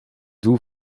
doel